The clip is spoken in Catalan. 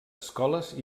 escoles